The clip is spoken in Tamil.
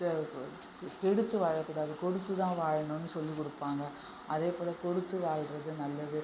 கெடுத்து வாழக்கூடாது கொடுத்து தான் வாழணுன்னு சொல்லிக் கொடுப்பாங்க அதே போல கொடுத்து வாழ்வது நல்லது